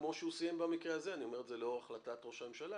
כמו שהוא סיים במקרה הזה ואני אומר את זה לאור החלטת ראש הממשלה,